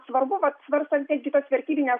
svarbu vat svarstant irgi tas vertybes